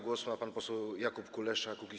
Głos ma pan poseł Jakub Kulesza, Kukiz’15.